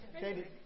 Katie